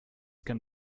can